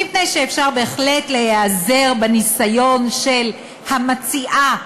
מפני שאפשר בהחלט להיעזר בניסיון של המציעה הנוכחית,